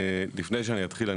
לפני שאתחיל,